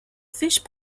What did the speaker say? fish